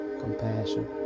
compassion